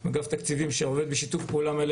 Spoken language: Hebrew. עם אגף תקציבים שעובד איתנו בשיתוף פעולה.